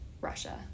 Russia